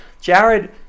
Jared